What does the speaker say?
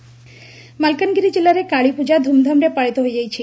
କାଳୀପୂଜା ମାଲକାନଗିରି ଜିଲ୍ଲାରେ କାଳିପୂଜା ଧୁମଧାମରେ ପାଳିତ ହୋଇଛି